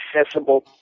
accessible